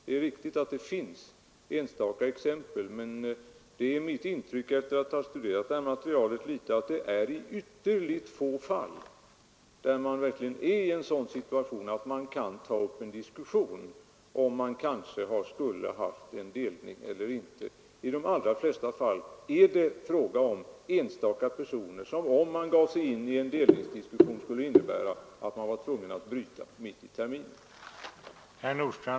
Det är riktigt att det finns enstaka undantag, men det är mitt intryck efter att ha studerat det här materialet att det är i ytterligt få fall som man kan ta upp en diskussion, huruvida man borde ha företagit en delning eller inte. I de allra flesta fall är det fråga om enstaka elever. Om man där gav sig in på en delningsdiskussion, skulle det innebära att man var tvungen att göra delningen mitt i terminen.